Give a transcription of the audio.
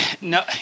no